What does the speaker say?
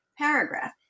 paragraph